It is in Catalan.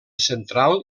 central